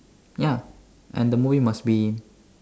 ya and the movie must be